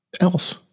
else